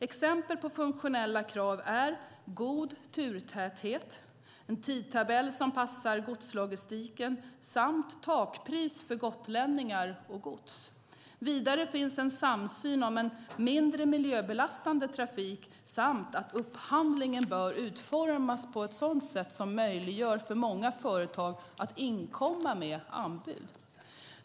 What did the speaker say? Exempel på funktionella krav är god turtäthet, en tidtabell som passar godslogistiken samt takpris för gotlänningar och gods. Vidare finns en samsyn om en mindre miljöbelastande trafik samt att upphandlingen bör utformas på ett sådant sätt som möjliggör för många företag att inkomma med anbud.